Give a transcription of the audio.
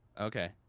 Okay